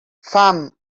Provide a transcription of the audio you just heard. fam